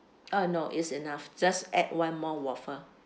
uh no it's enough just add one more waffle